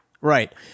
Right